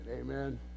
Amen